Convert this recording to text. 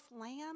lamb